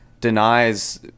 denies